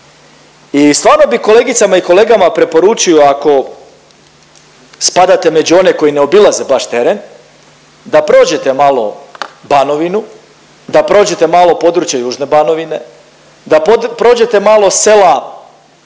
I stvarno bi kolegicama i kolegama preporučio ako spadate među one koji ne obilaze baš teren, da prođete malo Banovinu, da prođete malo područje južne Banovine, da prođete malo sela